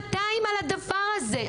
אתם שנתיים על הדבר הזה.